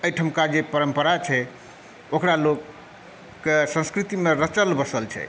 एहिठामका जे परम्परा छै ओकरा लोक के संस्कृतिमे रचल बसल छै